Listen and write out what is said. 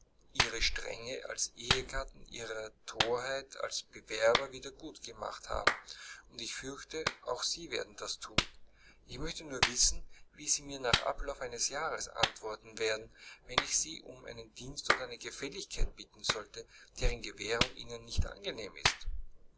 ihre strenge als ehegatten ihre thorheit als bewerber wieder gut gemacht haben und ich fürchte auch sie werden das thun ich möchte nur wissen wie sie mir nach ablauf eines jahres antworten werden wenn ich sie um einen dienst oder eine gefälligkeit bitten sollte deren gewährung ihnen nicht angenehm ist